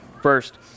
First